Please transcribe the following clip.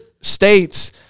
states